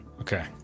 Okay